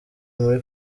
muri